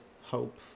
hope